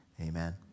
Amen